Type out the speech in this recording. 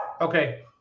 Okay